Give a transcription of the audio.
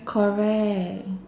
correct